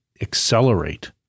accelerate